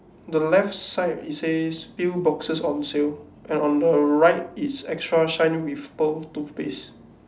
the left side it says pill boxes on sale and on the right it's extra shine with pearl toothpaste